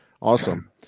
awesome